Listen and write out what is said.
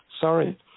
Sorry